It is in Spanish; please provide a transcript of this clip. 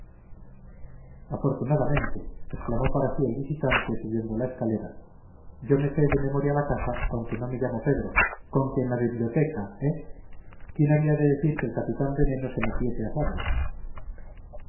afortunadamente exclamó para sí el visitante subiendo la escalera yo me sé de memoria la casa aunque no me llamo pedro conque en la biblioteca eh quién había de decir que el capitán veneno se metiese a sabio